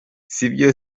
sibyo